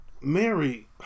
mary